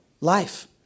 life